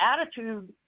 attitude